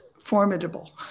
formidable